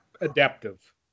adaptive